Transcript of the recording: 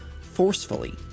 forcefully